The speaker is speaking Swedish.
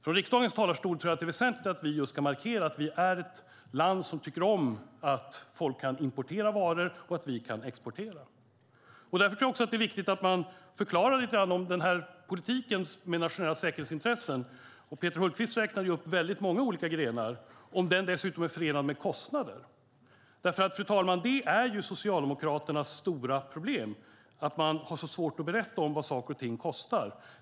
Jag tror att det är väsentligt att vi från riksdagens talarstol markerar att vi är ett land som tycker om att folk kan importera varor och att vi kan exportera. Därför tror jag också att det är viktigt att man förklarar lite grann den här politiken med dess nationella säkerhetsintressen - Peter Hultqvist räknade ju upp väldigt många olika grenar - om den dessutom är förenad med kostnader. Fru talman! Det som är Socialdemokraternas stora problem är att man har så svårt att berätta vad saker och ting kostar.